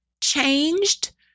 changed